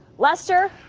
lester?